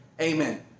Amen